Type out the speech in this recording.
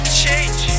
change